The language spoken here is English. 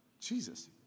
Jesus